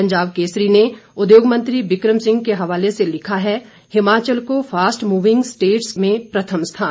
पंजाब केसरी ने उद्योग मंत्री विक्रम सिंह के हवाले से लिखा है हिमाचल को फास्ट मूविंग स्टेट्स में प्रथम स्थान